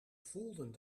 voelden